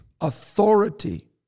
Authority